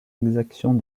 exactions